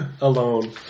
alone